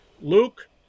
Luke